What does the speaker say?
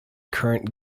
current